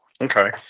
Okay